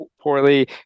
poorly